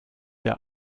der